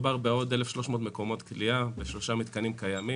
מדובר בעוד 1,300 מקומות כליאה בשלושה מתקנים קיימים,